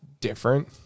different